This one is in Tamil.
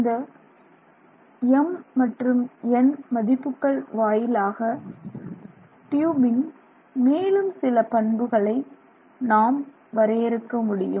இந்த mn மதிப்புகள் வாயிலாக ட்யூபின் மேலும் சில பண்புகளை நாம் வரையறுக்க முடியும்